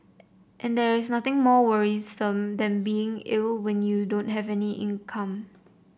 and there's nothing more worrisome than being ill when you don't have any income